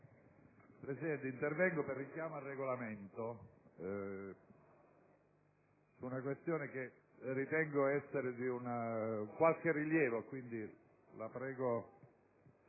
Presidente, intervengo per un richiamo al Regolamento su una questione che ritengo essere di un qualche rilievo; quindi, la prego